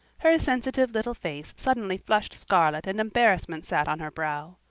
her sensitive little face suddenly flushed scarlet and embarrassment sat on her brow.